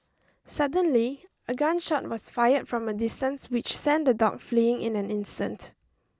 suddenly a gun shot was fired from a distance which sent the dog fleeing in an instant